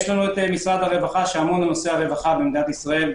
יש לנו משרד הרווחה שאמון על נושא הרווחה במדינת ישראל,